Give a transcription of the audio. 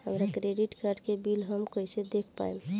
हमरा credit card के bill हम कइसे देख पाएम?